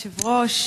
תודה ליושב-ראש.